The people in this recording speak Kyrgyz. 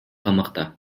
камакта